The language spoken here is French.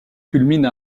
culmine